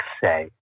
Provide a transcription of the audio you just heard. say